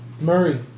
Murray